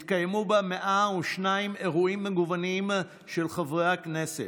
התקיימו בה 102 אירועים מגוונים של חברי הכנסת,